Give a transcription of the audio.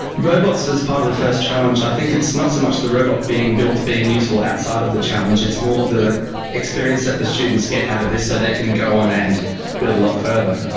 robots is part of the first challenge. i think it's not so much the robot being built, being useful outside of the challenge, it's more the experience that the students get out of this so they can go on and build a lot further.